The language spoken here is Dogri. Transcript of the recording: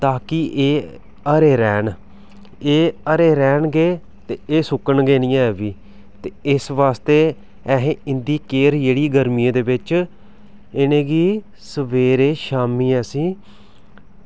ताकी एह् हरे रौह्न एह् हरे रौहनगे ते एह् सुक्कन गै ऐनी ते इस बास्तै असें इंदी केयर जेह्की गरमियें दे बिच इनेंगी असें सवेरै शामीं